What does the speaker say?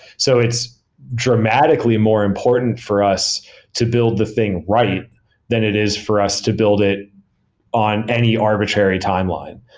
so it's dramatically more important for us to build the thing right than it is for us to build it on any arbitrary timeline.